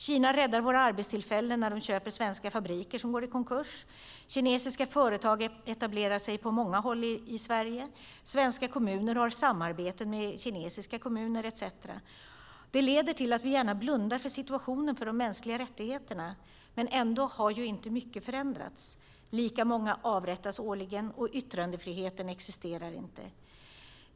Kina räddar våra arbetstillfällen när de köper svenska fabriker som går i konkurs, kinesiska företag etablerar sig på många håll i Sverige, svenska kommuner har samarbeten med kinesiska kommuner etcetera. Det leder till att vi gärna blundar för situationen för de mänskliga rättigheterna. Ändå har inte mycket förändrats. Lika många avrättas årligen, och yttrandefrihet existerar inte.